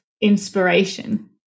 inspiration